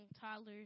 toddlers